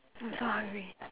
I'm sorry I